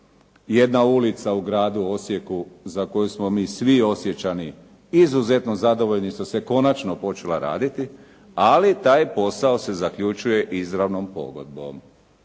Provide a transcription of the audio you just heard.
Jedna ulica u gradu Osijeku za koju smo mi svi Osječani izuzetno zadovoljni se konačno počela raditi, ali taj posao se zaključuje izravnom pogodbom